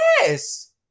Yes